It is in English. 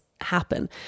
happen